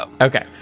Okay